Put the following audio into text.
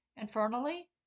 infernally